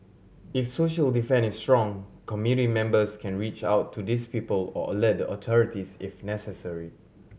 if social defence is strong community members can reach out to these people or alert the authorities if necessary